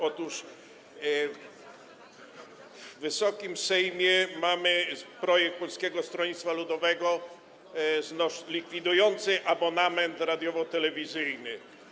Otóż w Wysokim Sejmie jest projekt Polskiego Stronnictwa Ludowego likwidujący abonament radiowo-telewizyjny.